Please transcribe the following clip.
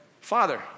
Father